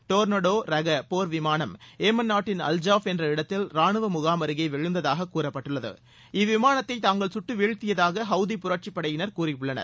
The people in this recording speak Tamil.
டொர்னாடோ ரக போர் விமானம் ஏமன் நாட்டின் அல் ஜாஃப் என்ற இடத்தில் ரானுவ முகாம் அருகே விழுந்ததாக கூறப்பட்டுள்ளது இவ்விமானத்தை தாங்கள் சுட்டு வீழ்த்தியதாக ஹவுதி புரட்சிப்படையினர் கூறியுள்ளனர்